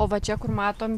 o va čia kur matom